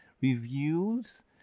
reviews